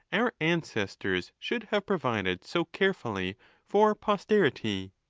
our ancestors should have provided so carefully for pos terity.